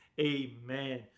Amen